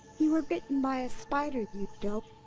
you were bitten by a spider, you dope.